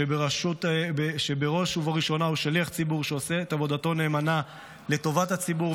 שבראש ובראשונה הוא שליח ציבור שעושה את עבודתו נאמנה לטובת הציבור.